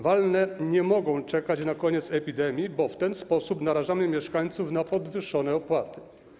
Walne zgromadzenia nie mogą czekać na koniec epidemii, bo w ten sposób narażamy mieszkańców na podwyższone opłaty.